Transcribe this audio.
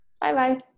Bye-bye